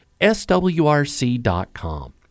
swrc.com